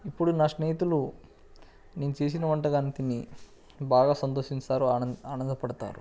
ఇప్పుడు నా స్నేహితులు నేను చేసిన వంటకాన్ని తిని బాగా సంతోషిస్తారు ఆనంద ఆనందపడతారు